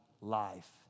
life